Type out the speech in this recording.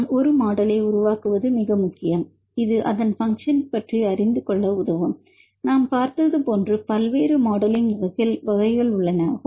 எனவே நாம் ஒரு மாடலை உருவாக்குவது மிக முக்கியம் இது அதன் பங்க்ஷன் அறிந்துகொள்ள உதவும் நாம் பார்த்தது போன்று பல்வேறு மாடலிங் வகைகள் உள்ளன